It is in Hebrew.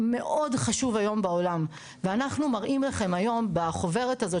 חשוב היום בעולם ואנחנו מראים לכם היום בחוברת הזאת